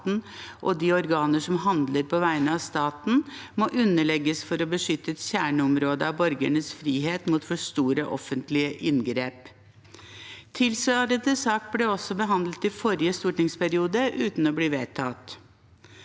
og de organer som handler på vegne av staten, må underlegges for å beskytte et kjerneområde av borgernes frihet mot for store offentlige inngrep. En tilsvarende sak ble også behandlet i forrige stortingsperiode uten å bli vedtatt.